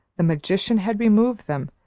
the magician had removed them,